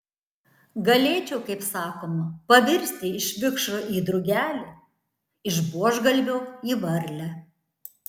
galėčiau kaip sakoma pavirsti iš vikšro į drugelį iš buožgalvio į varlę